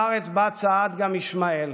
בארץ שבה צעד גם ישמעאל,